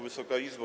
Wysoka Izbo!